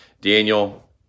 Daniel